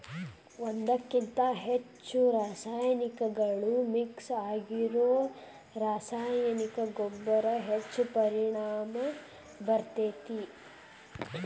ಒಂದ್ಕಕಿಂತ ಹೆಚ್ಚು ರಾಸಾಯನಿಕಗಳು ಮಿಕ್ಸ್ ಆಗಿರೋ ರಾಸಾಯನಿಕ ಗೊಬ್ಬರ ಹೆಚ್ಚ್ ಪರಿಣಾಮ ಬೇರ್ತೇತಿ